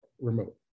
remote